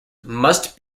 must